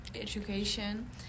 education